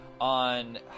on